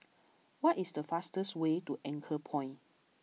what is the fastest way to Anchorpoint